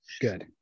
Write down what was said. good